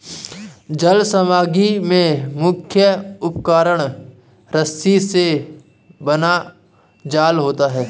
जल समग्री में मुख्य उपकरण रस्सी से बना जाल होता है